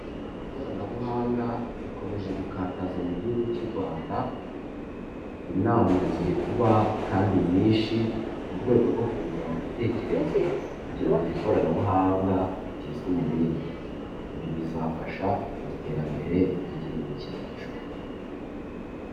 Ikoranabuhanga rikomeje gukataza mu gihugu cy'u Rwanda, inama ziri kuba kandi nyinshi mu rwego rwo kungurana ibitekerezo kugira ngo iri koranabuhanga ritizwe umurindi, ibi bizafasha mu iterambere ry'igihugu cyacu.